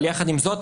אבל יחד עם זאת,